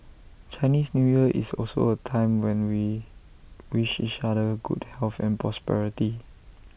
Chinese New Year is also A time when we wish each other good health and prosperity